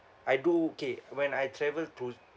I do okay when I travel to